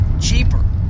cheaper